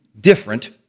different